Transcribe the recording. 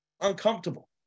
uncomfortable